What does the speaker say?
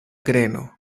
greno